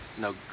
No